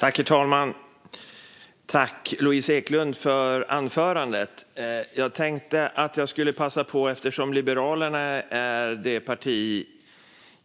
Herr talman! Jag tackar Louise Eklund för anförandet. Jag tänkte passa på att begära replik eftersom Liberalerna är det parti